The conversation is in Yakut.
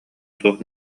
суох